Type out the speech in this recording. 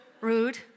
rude